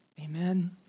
Amen